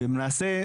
ולמעשה,